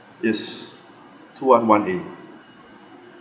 yes two one one A